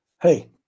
Hey